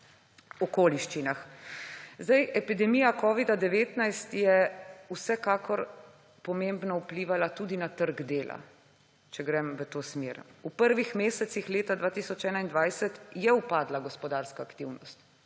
okoliščinah. Epidemija covida-19 je vsekakor pomembno vplivala tudi na trg dela, če grem v to smer. V prvih mesecih leta 2021 je upadla gospodarska aktivnost.